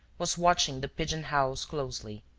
was watching the pigeon-house closely.